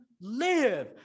live